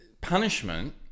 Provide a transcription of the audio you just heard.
punishment